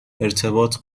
ارتباط